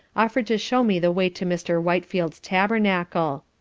offer'd to show me the way to mr. whitefield's tabernacle.